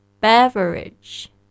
Beverage